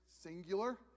singular